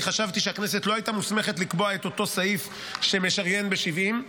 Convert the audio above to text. אני חשבתי שהכנסת לא הייתה מוסמכת לקבוע את אותו סעיף שמשריין ב-70.